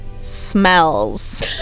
Smells